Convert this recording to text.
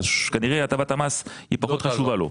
כנראה הטבת המס היא פחות חשובה לו.